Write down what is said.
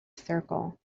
circle